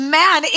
man